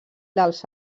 dels